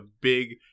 big